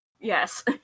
Yes